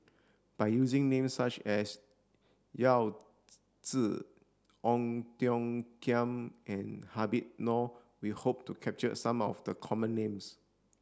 by using names such as Yao Zi Ong Tiong Khiam and Habib Noh we hope to capture some of the common names